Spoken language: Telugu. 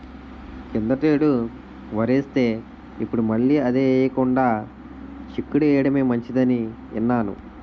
కిందటేడు వరేస్తే, ఇప్పుడు మళ్ళీ అదే ఎయ్యకుండా చిక్కుడు ఎయ్యడమే మంచిదని ఇన్నాను